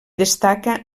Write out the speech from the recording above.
destaca